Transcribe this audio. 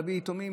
להביא יתומים,